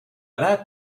that